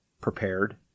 prepared